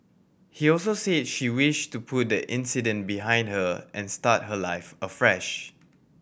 he also said she wished to put the incident behind her and start her life afresh